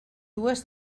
dues